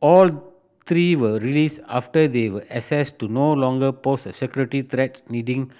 all three were released after they were assessed to no longer pose a security threat needing